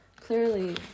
Clearly